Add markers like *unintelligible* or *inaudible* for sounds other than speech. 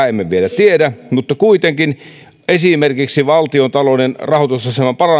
*unintelligible* emme vielä tiedä mutta kuitenkin esimerkiksi valtiontalouden rahoitusaseman